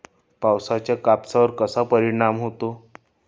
पावसाचा कापसावर कसा परिणाम होतो?